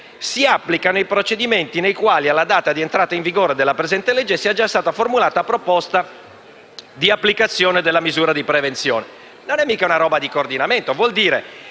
si applicano nei procedimenti nei quali, alla data di entrata in vigore della presente legge, sia già stata formulata proposta di applicazione della misura di prevenzione». Non si tratta di un coordinamento: vuol dire